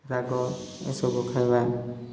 ରାଗ ଏସବୁ ଖାଇବା